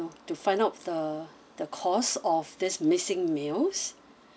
to find out the the because of this missing meals